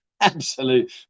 Absolute